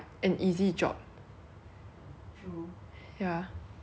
then you know like 那个人他看到我我跟我的朋友进来了 right